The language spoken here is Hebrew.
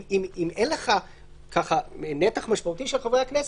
אם אין לך נתח משמעותי של חברי הכנסת,